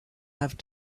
have